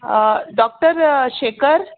doctor shaker